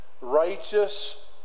righteous